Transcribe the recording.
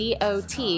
dot